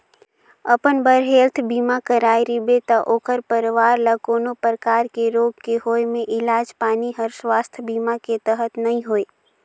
अपन बर हेल्थ बीमा कराए रिबे त ओखर परवार ल कोनो परकार के रोग के होए मे इलाज पानी हर सुवास्थ बीमा के तहत नइ होए